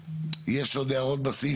יש עוד הערות בסעיף הזה?